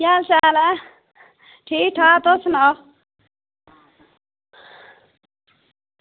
केह् हाल चाल ऐ ठीक ऐ तुस सनाओ